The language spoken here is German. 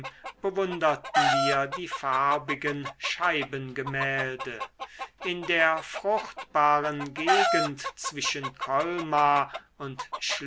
bewunderten wir die farbigen scheibengemälde in der fruchtbaren gegend zwischen kolmar und